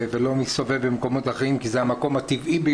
ולא מסתובב במקומות אחרים, כי זה המקום הטבעי.